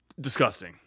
disgusting